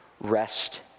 rest